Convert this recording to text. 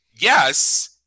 yes